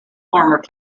former